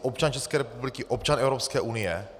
Občan České republiky, občan Evropské unie.